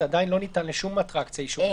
עדיין לא ניתן לשום אטרקציה אישור.